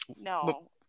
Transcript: no